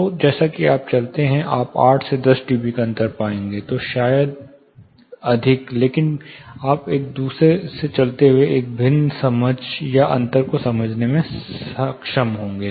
तो जैसा कि आप चलते हैं आप 8 से 10 DB अंतर पाएंगे या शायद अधिक लेकिन आप एक दूसरे से चलते हुए एक भिन्न समझ या अंतर को समझने में सक्षम होंगे